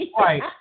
Right